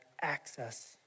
access